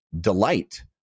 Delight